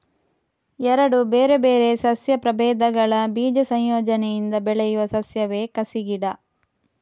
ಎರಡು ಬೇರೆ ಬೇರೆ ಸಸ್ಯ ಪ್ರಭೇದಗಳ ಬೀಜ ಸಂಯೋಜನೆಯಿಂದ ಬೆಳೆಯುವ ಸಸ್ಯವೇ ಕಸಿ ಗಿಡ